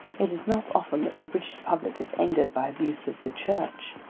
it is not often that the british public is angered by abuse of the church,